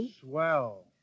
Swell